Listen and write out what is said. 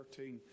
13